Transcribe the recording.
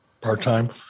part-time